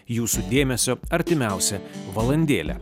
jūsų dėmesio artimiausią valandėlę